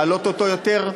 להעלות אותו יותר.